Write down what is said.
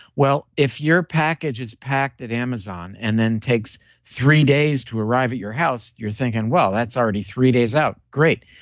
well, if your package is packed at amazon and then takes three days to arrive at your house, you're thinking, well that's already three days out, great,